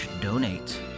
donate